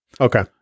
okay